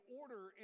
order